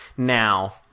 Now